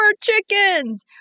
chickens